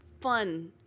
fun